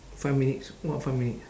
five minutes what five minutes